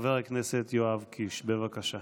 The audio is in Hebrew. חבר הכנסת יואב קיש, בבקשה.